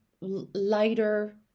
lighter